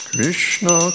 Krishna